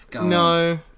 No